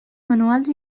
manuals